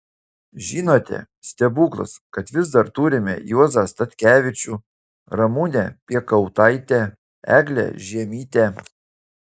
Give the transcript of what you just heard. žinote stebuklas kad vis dar turime juozą statkevičių ramunę piekautaitę eglę žiemytę